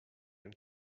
and